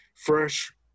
Fresh